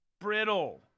brittle